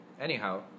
Anyhow